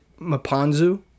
Mpanzu